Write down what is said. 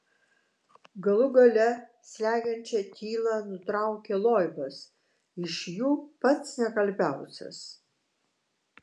galų gale slegiančią tylą nutraukė loibas iš jų pats nekalbiausias